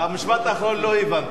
את המשפט האחרון לא הבנתי.